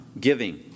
giving